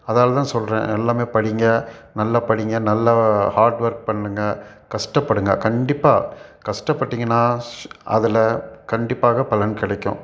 அதனாலதான் சொல்கிறேன் எல்லாமே படிங்க நல்லா படிங்க நல்லா ஹார்ட்வொர்க் பண்ணுங்க கஷ்டப்படுங்க கண்டிப்பாக கஷ்டப்பட்டிங்கன்னா அதில் கண்டிப்பாக பலன் கிடைக்கும்